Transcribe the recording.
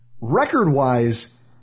Record-wise